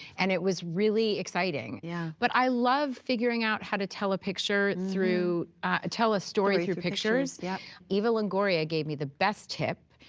and it was really exciting, yeah but i love figuring out how to tell a picture through ah tell a story through pictures. yeah eva longoria gave me the best tip,